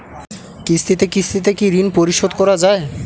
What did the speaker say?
কিস্তিতে কিস্তিতে কি ঋণ পরিশোধ করা য়ায়?